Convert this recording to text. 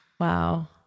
Wow